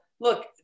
look